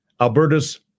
Alberta's